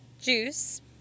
juice